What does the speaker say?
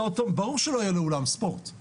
ברור שלא יהיה לו אולם ספורט.